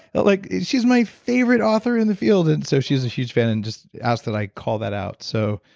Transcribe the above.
but like she's my favorite author in the field. and so she's a huge fan, and just asked that i call that out. so,